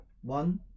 one